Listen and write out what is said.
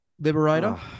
liberator